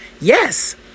yes